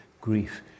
grief